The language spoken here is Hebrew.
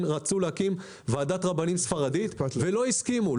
רצו להקים ועדת רבנים ספרדית ולא הסכימו?